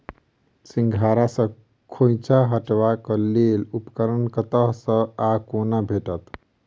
सिंघाड़ा सऽ खोइंचा हटेबाक लेल उपकरण कतह सऽ आ कोना भेटत?